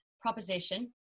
proposition